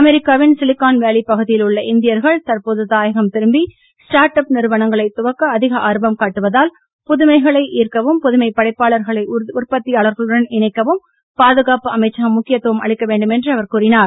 அமெரிக்காவின் silicon valley பகுதியில் உள்ள இந்தியர்கள் தற்போது தாயகம் திரும்பி ஸ்டார்ட் அப் நிறுவனங்களை தொடக்க அதிக ஆர்வம் காட்டுவதால் புதுமைகளை ஈர்க்கவும் புதுமைப் படைப்பாளர்களை உற்பத்தியாளர்களுடன் இணைக்கவும் பாதுகாப்பு அமைச்சகம் முக்கியத்துவம் அளிக்க வேண்டும் என்று அவர் கூறினார்